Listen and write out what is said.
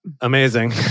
Amazing